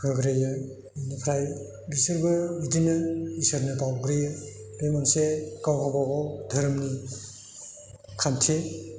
होग्रोयो बेनिफ्राय बिसोरबो बिदिनो इसोरनो बावग्रोयो बे मोनसे गाव गावबागाव धोरोमनि खान्थि